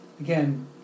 Again